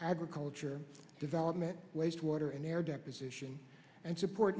agriculture development waste water and air deposition and support